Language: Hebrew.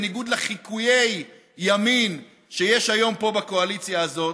בניגוד לחיקויי ימין שיש היום פה בקואליציה הזאת.